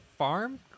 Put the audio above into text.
farm